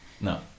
no